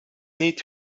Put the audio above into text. need